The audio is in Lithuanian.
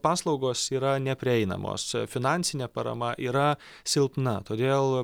paslaugos yra neprieinamos finansinė parama yra silpna todėl